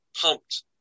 pumped